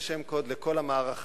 זה שם קוד לכל המערכה,